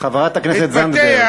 חברת הכנסת זנדברג,